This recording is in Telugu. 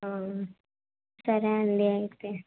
సరే అండి అయితే